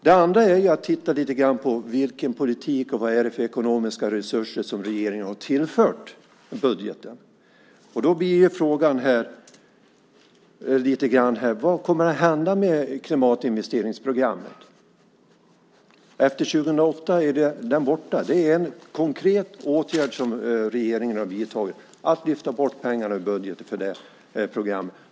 Man kan också titta på vilken politik man för och vilka ekonomiska resurser som regeringen har tillfört i budgeten. Min fråga blir: Vad kommer att hända med klimatinvesteringsprogrammet? Efter 2008 är det ju borta. En konkret åtgärd som regeringen har vidtagit är att lyfta bort pengarna för det programmet ur budgeten.